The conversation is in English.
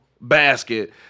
basket